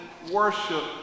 Worship